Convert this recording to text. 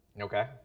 Okay